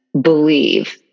believe